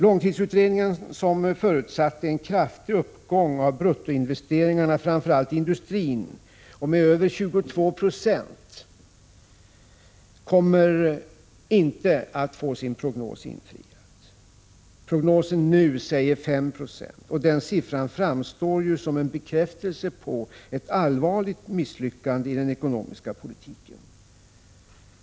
Långtidsutredningen, som förutsatte en kraftig uppgång av bruttoinvesteringarna, framför allt i industrin, med över 22 Jo, kommer inte att få sin prognos infriad. Prognosen nu säger 5 Ze, och den siffran framstår som en bekräftelse på ett allvarligt misslyckande i den ekonomiska politiken.